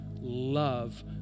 love